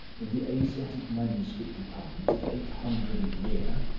in the asiatic manuscript department at eight hundred a year?